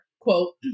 quote